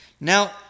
Now